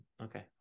okay